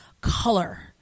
color